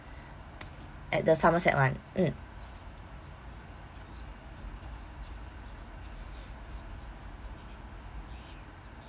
at the somerset [one] mm